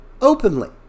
openly